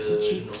G_P